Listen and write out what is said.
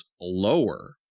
lower